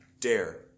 dare